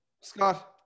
Scott